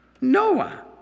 Noah